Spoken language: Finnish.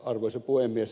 arvoisa puhemies